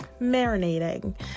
marinating